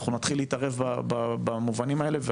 אנחנו נתחיל להתערב במובנים האלה,